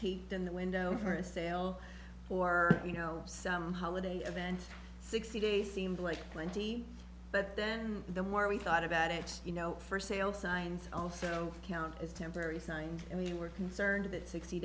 in the window for a sale or you know some holiday event sixty days seemed like plenty but then the more we thought about it you know for sale signs also count as temporary sign and we were concerned